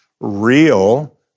real